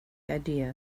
idea